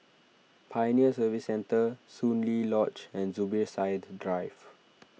Pioneer Service Centre Soon Lee Lodge and Zubir Said Drive